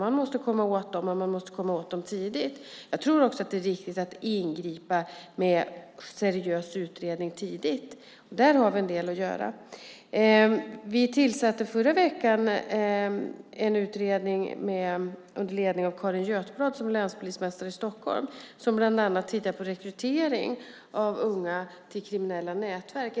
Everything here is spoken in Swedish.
Man måste komma åt dem tidigt. Jag tror också att det viktigt att ingripa med en seriös utredning tidigt. Där har vi en del att göra. Förra veckan tillsatte vi en utredning under ledning av Carin Götblad, som är länspolismästare i Stockholm, som bland annat ska titta på rekrytering av unga till kriminella nätverk.